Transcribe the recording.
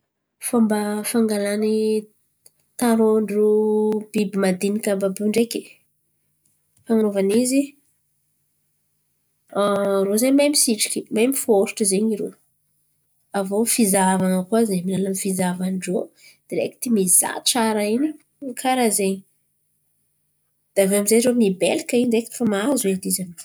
Fomba fangalany tarôndro biby madiniky àby àby io ndraiky fan̈anovany izy. Irô mahay misitriky mahay miforitry. Aviô amy fizahavan̈a koa zen̈y amin’ny alalan’ny fizahavan-drô direkity mizaha tsara iny karà zen̈y de aviô amizay rô mibailaka in̈y direkity fa mahazo edy izy amy zin̈y.